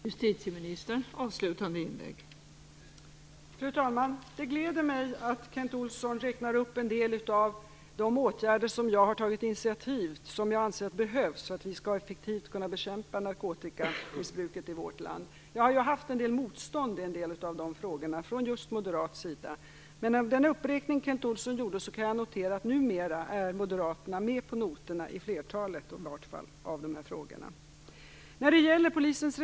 Fru talman! Det gläder mig att Kent Olsson räknar upp en del av de åtgärder som jag har tagit initiativ till och som jag anser behövs för att vi effektivt skall kunna bekämpa narkotikamissbruket i vårt land. Jag har haft en del motstånd i några av de frågorna från just moderat sida. Men av den uppräkning Kent Olsson gjorde kan jag notera att moderaterna numera är med på noterna, i vart fall i flertalet av de här frågorna.